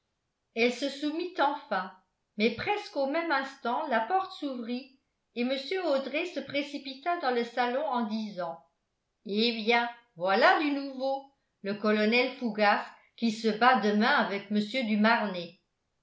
elle se soumit enfin mais presque au même instant la porte s'ouvrit et mr audret se précipita dans le salon en disant eh bien voilà du nouveau le colonel fougas qui se bat demain avec mr du marnet